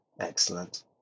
Excellent